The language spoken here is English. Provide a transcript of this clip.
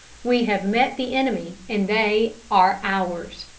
we have met the enemy, and they are ours.